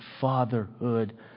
fatherhood